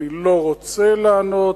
אני לא רוצה לענות,